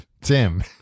Tim